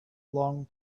long